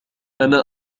أنا